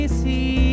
see